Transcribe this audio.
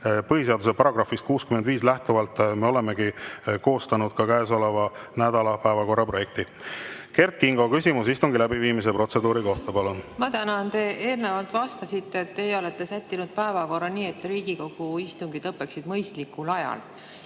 Põhiseaduse §‑st 65 lähtuvalt me olemegi koostanud käesoleva nädala päevakorra projekti. Kert Kingo, küsimus istungi läbiviimise protseduuri kohta, palun! Ma tänan. Te eelnevalt vastasite, et teie olete sättinud päevakorra nii, et Riigikogu istungid lõppeksid mõistlikul ajal.